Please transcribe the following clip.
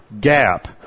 gap